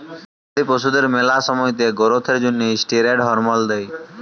গবাদি পশুদের ম্যালা সময়তে গোরোথ এর জ্যনহে ষ্টিরেড হরমল দেই